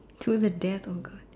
to the death or good